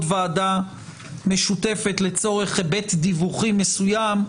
ועדה משותפת לצורך היבט דיווחי מסוים,